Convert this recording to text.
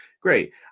great